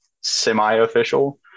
semi-official